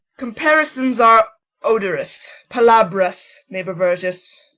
comparisons are odorous palabras, neighbour verges.